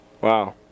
Wow